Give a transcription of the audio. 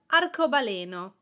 arcobaleno